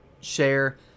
share